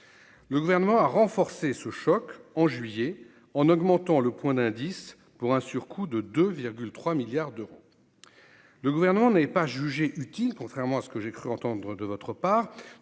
le gouvernement a renforcé ce choc en juillet en augmentant le point d'indice pour un surcoût de 2,3 milliards d'euros, le gouvernement n'avait pas jugé utile contrairement à ce que j'ai cru entendre de notre part